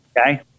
Okay